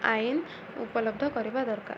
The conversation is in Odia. ଆଇନ୍ ଉପଲବ୍ଧ କରିବା ଦରକାର୍